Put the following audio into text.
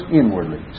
inwardly